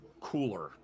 cooler